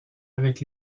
avec